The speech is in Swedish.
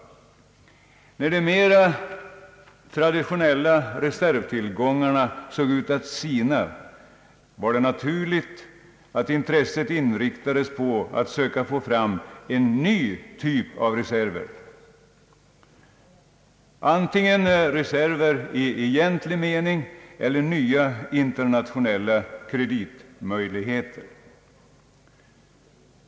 När de mera traditionella reservtillgångarna såg ut att sina var det naturligt att intresset inriktades på att söka få fram en ny typ av reserver, antingen reserver i egentlig mening eller nya internationella kreditmöjligheter.